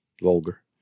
Vulgar